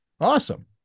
Awesome